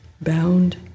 bound